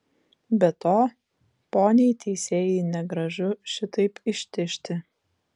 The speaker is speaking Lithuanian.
be to poniai teisėjai negražu šitaip ištižti